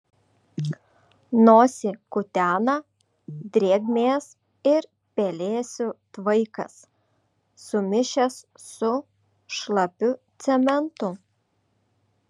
nosį kutena drėgmės ir pelėsių tvaikas sumišęs su šlapiu cementu